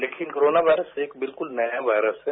लेकिन corona virus एक बिलकुल नया वायरस है